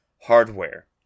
hardware